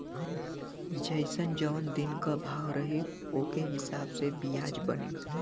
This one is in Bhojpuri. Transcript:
जइसन जौन दिन क भाव रही ओके हिसाब से बियाज बनी